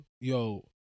Yo